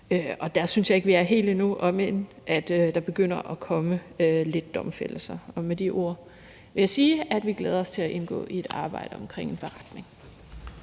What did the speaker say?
Der synes jeg ikke, vi er helt endnu, om end der begynder at komme lidt domfældelser. Med de ord vil jeg sige, at vi glæder os til at indgå i et arbejde omkring en beretning.